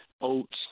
oats